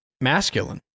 masculine